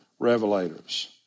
revelators